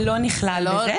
זה לא נכלל בזה?